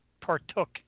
partook